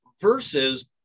versus